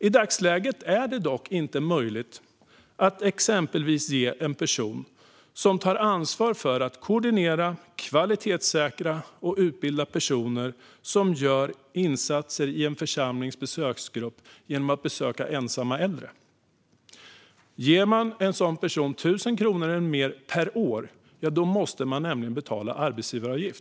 I dagsläget är det dock inte möjligt att exempelvis ge en liten ersättning till en person som tar ansvar för att koordinera, kvalitetssäkra och utbilda personer som gör insatser i en församlings besöksgrupp genom att besöka ensamma äldre. Ger man en sådan person 1 000 kronor eller mer per år måste man nämligen betala arbetsgivaravgift.